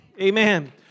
Amen